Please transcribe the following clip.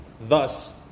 Thus